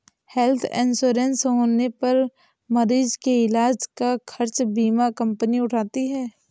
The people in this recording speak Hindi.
हेल्थ इंश्योरेंस होने पर मरीज के इलाज का खर्च बीमा कंपनी उठाती है